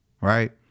Right